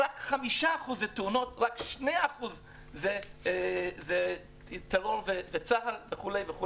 רק 5% מתאונות, רק 2% מטרור וצה"ל וכולי.